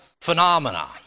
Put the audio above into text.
phenomena